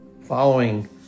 following